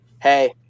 Hey